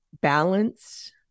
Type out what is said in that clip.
balance